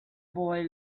boy